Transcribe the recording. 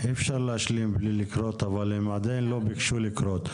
אי אפשר להשלים בלי לכרות אבל הם עדין לא ביקשו לכרות.